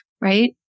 right